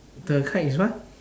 the kite is what